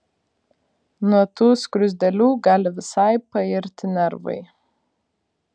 nuo tų skruzdėlių gali visai pairti nervai